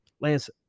Lance